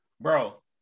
bro